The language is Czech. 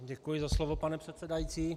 Děkuji za slovo, pane předsedající.